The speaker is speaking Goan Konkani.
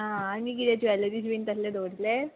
आं आनी किदें ज्वॅलरीज बीन तसलें दवरलें